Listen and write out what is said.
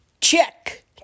Check